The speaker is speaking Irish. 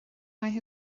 maith